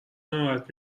ناراحت